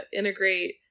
integrate